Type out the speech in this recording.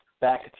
back